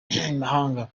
imahanga